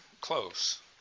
Close